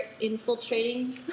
infiltrating